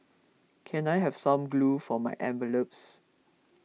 can I have some glue for my envelopes